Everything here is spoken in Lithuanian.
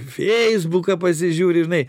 feisbuką pasižiūri žinai